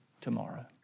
tomorrow